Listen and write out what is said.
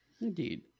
Indeed